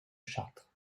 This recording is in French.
chartres